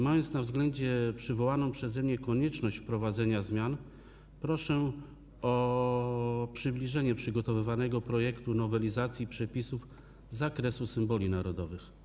Mając na względzie przywołaną przeze mnie konieczność wprowadzenia zmian, proszę o przybliżenie przygotowywanego projektu nowelizacji przepisów z zakresu symboli narodowych.